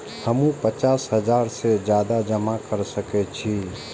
हमू पचास हजार से ज्यादा जमा कर सके छी?